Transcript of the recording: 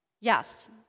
yes